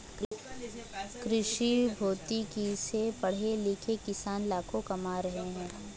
कृषिभौतिकी से पढ़े लिखे किसान लाखों कमा रहे हैं